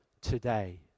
today